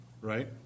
right